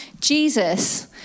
Jesus